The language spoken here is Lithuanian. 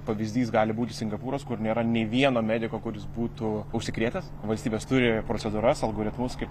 pavyzdys gali būti singapūras kur nėra nei vieno mediko kuris būtų užsikrėtęs valstybės turi procedūras algoritmus kaip